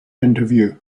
interview